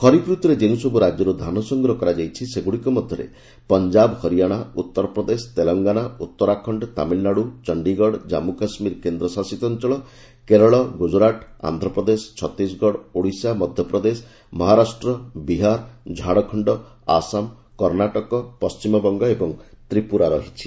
ଖରିଫ୍ ଋତୁରେ ଯେଉଁସବୁ ରାଜ୍ୟରୁ ଧାନ ସଂଗ୍ରହ କରାଯାଇଛି ସେଗୁଡ଼ିକ ମଧ୍ୟରେ ପଞ୍ଜାବ ହରିଆନା ଉତ୍ତର ପ୍ରଦେଶ ତେଲଙ୍ଗନା ଉତ୍ତରାଖଣ୍ଡ ତାମିଲନାଡୁ ଚଣ୍ଡିଗଡ଼ ଜାମ୍ମୁ କାଶ୍ମୀର କେନ୍ଦ୍ରଶାସିତ ଅଞ୍ଚଳ କେରଳ ଗୁଜରାତ ଆନ୍ଧ୍ରପ୍ରଦେଶ ଛତିଶଗଡ଼ ଓଡ଼ିଶା ମଧ୍ୟପ୍ରଦେଶ ମହାରାଷ୍ଟ୍ର ବିହାର ଝାଡ଼ଖଣ୍ଡ ଆସାମ କର୍ଣ୍ଣାଟକ ପଶ୍ଚିମବଙ୍ଗ ଓ ତ୍ରିପୁରା ରହିଛି